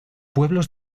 pueblos